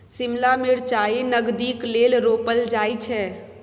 शिमला मिरचाई नगदीक लेल रोपल जाई छै